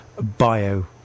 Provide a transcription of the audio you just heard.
bio